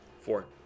Four